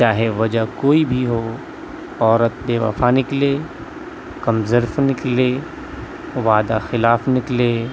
چاہے وجہ کوئی بھی ہو عورت بے وفا نکلے کم ظرف نکلے وعدہ خلاف نکلے